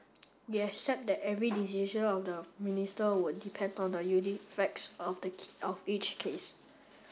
we accept that every decision of the minister would depend on the unique facts of of each case